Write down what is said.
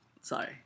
Sorry